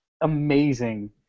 amazing